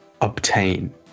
obtain